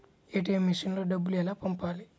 ATM మెషిన్లో డబ్బులు ఎలా పంపాలి?